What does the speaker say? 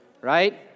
right